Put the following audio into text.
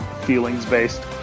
feelings-based